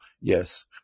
yes